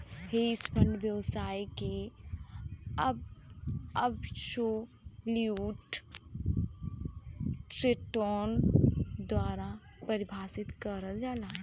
hedge fund व्यवसाय के absolute return द्वारा परिभाषित करल जाला